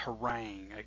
harangue